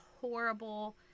horrible